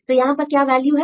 तो यहां पर क्या वैल्यू है